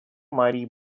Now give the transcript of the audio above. mighty